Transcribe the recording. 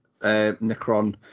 Necron